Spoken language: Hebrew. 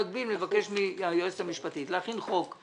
במקביל אני מבקש מהיועצת המשפטית להכין חוק.